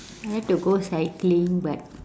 need to go cycling but